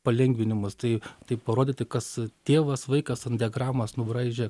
palengvinimus tai tai parodyti kas tėvas vaikas ant diagramos nubraižė